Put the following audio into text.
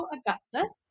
Augustus